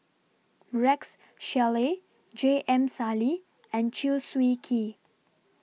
Rex Shelley J M Sali and Chew Swee Kee